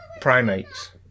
primates